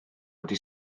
wedi